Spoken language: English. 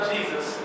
Jesus